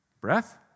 Breath